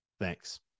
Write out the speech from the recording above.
Thanks